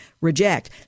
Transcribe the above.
reject